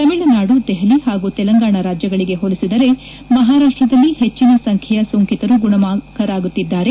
ತಮಿಳುನಾಡು ದೆಹಲಿ ಹಾಗೂ ತೆಲಂಗಾಣ ರಾಜ್ಯಗಳಿಗೆ ಹೋಲಿಸಿದರೆ ಮಹಾರಾಷ್ಷದಲ್ಲಿ ಹೆಚ್ಚಿನ ಸಂಚ್ಕೆಯ ಸೋಂಕಿತರು ಗುಣಮುಖರಾಗುತ್ತಿದ್ದಾರೆ